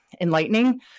enlightening